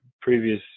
previous